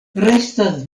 restas